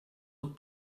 aux